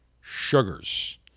Sugars